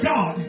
God